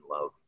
love